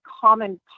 common